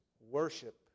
worship